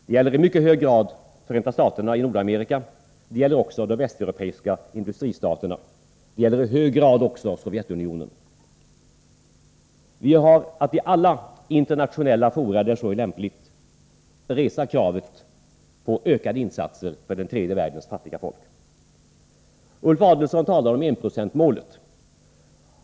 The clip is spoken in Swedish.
Det gäller i mycket hög grad Förenta staterna, och det gäller också de västeuropeiska industristaterna. Det gäller i hög grad även Sovjetunionen. Vi har att i alla internationella fora där så är lämpligt resa kravet på ökade insatser för den tredje världens fattiga folk. Ulf Adelsohn talar om enprocentsmålet.